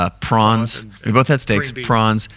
ah prawns, we both had steaks, prawns,